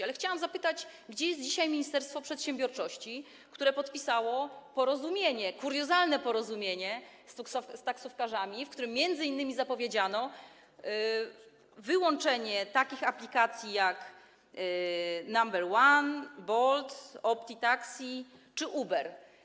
Ale chciałam zapytać, gdzie jest dzisiaj ministerstwo przedsiębiorczości, które podpisało porozumienie, kuriozalne porozumienie z taksówkarzami, w którym m.in. zapowiedziano wyłączenie takich aplikacji jak Number One, Bolt, Opti Taxi czy Uber.